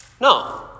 No